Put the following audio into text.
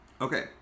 Okay